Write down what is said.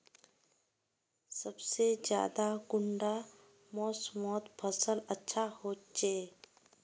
सबसे ज्यादा कुंडा मोसमोत फसल अच्छा होचे?